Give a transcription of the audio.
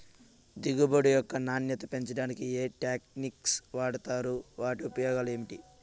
దిగుబడి యొక్క నాణ్యత పెంచడానికి ఏ టెక్నిక్స్ వాడుతారు వాటి ఉపయోగాలు ఏమిటి?